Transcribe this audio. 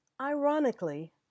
Ironically